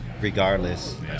regardless